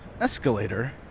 escalator